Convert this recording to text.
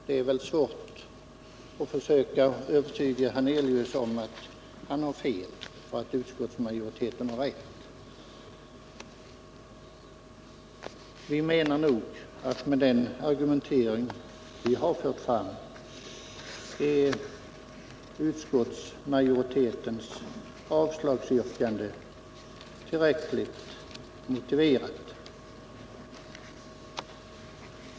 Det är väl svårt att försöka övertyga herr Hernelius om att han har fel och att utskottsmajoriteten har rätt, men vi anser att med den argumentering vi har fört fram är utskottsmajoritetens avslagsyrkande tillräckligt motiverat.